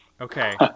Okay